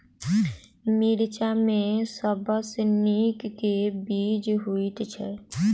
मिर्चा मे सबसँ नीक केँ बीज होइत छै?